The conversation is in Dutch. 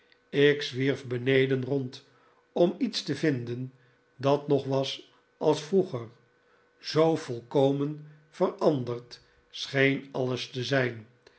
ik zwierf beneden rond om iets te vinden dat nog was als vroeger zoo volkomen veranderd scheen alles te zijnj